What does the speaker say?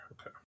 Okay